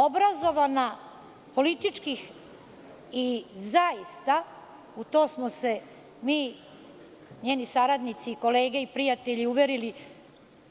Obrazovana politički, zaista u to smo se mi, njeni saradnici, kolege i prijatelji, uverili,